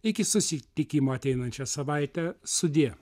iki susitikimo ateinančią savaitę sudie